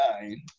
nine